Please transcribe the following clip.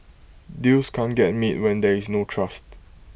deals can't get made when there is no trust